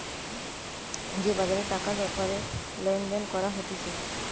যে বাজারে টাকার ব্যাপারে লেনদেন করা হতিছে